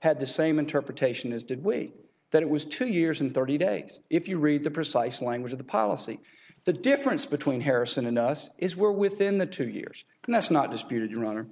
had the same interpretation as did wait that it was two years and thirty days if you read the precise language of the policy the difference between harrison and us is where within the two years and that's not disputed your honor